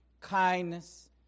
kindness